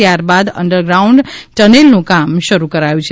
ત્યારબાદ underground ટનેલનું કામ શરુ કરાયું છે